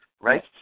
Right